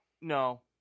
No